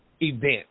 event